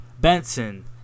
Benson